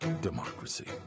democracy